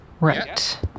Right